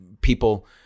people